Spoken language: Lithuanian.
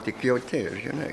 tik jauti žinai